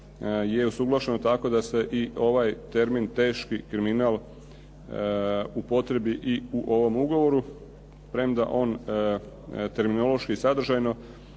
je usuglašeno tako da se i ovaj termin teški kriminal upotrijebi i u ovom ugovoru, premda on terminološki i sadržajno